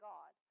God